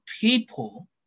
people